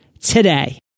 today